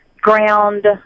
ground